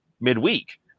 midweek